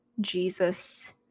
jesus